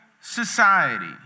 society